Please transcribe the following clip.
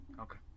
Okay